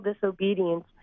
disobedience